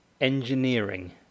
engineering